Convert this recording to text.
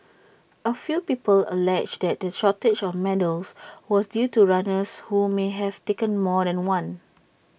A few people alleged that the shortage of medals was due to runners who may have taken more than one